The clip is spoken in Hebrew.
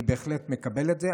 אני בהחלט מקבל את זה.